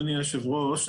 אדוני היושב ראש,